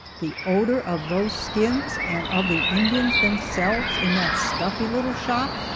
the odor of those skins, and of the indians themselves, in that stuffy little shop,